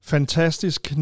Fantastisk